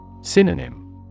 Synonym